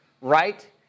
right